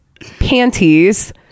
panties